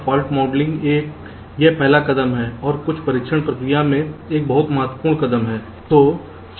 इसलिए जैसा कि मैंने कहा फाल्ट मॉडलिंग यह पहला कदम है और कुल परीक्षण प्रक्रिया में एक बहुत महत्वपूर्ण कदम है